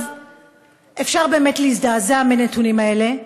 אפשר באמת להזדעזע מהנתונים האלה,